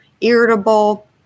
irritable